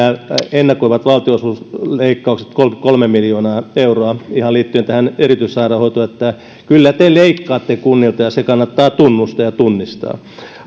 ennakoivat valtionosuusleikkaukset kolmekymmentäkolme miljoonaa euroa ihan liittyen tähän erityissairaanhoitoon että kyllä te leikkaatte kunnilta ja se kannattaa tunnustaa ja tunnistaa